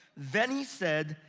then he said,